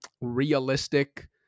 realistic